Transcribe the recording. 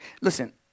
Listen